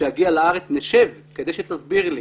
"כשאגיע לארץ, נשב כדי שתסביר לי".